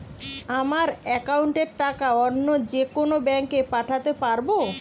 আমার একাউন্টের টাকা অন্য যেকোনো ব্যাঙ্কে পাঠাতে পারব?